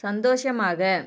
சந்தோஷமாக